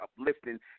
uplifting